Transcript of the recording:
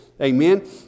Amen